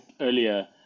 earlier